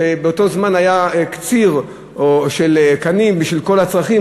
שבאותו זמן היה קציר של קנים בשביל כל הצרכים.